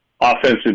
offensive